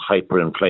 hyperinflation